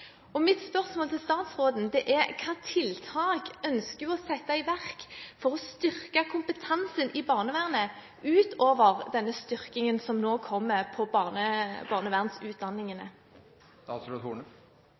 kuttet. Mitt spørsmål til statsråden er: Hvilke tiltak ønsker hun å sette i verk for å styrke kompetansen i barnevernet utover den styrkingen som nå kommer på